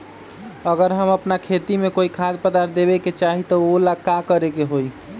अगर हम अपना खेती में कोइ खाद्य पदार्थ देबे के चाही त वो ला का करे के होई?